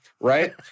right